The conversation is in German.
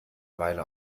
weile